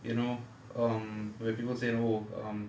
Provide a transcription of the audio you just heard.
you know um where people say and oh um